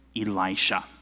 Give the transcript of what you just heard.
Elisha